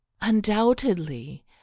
Undoubtedly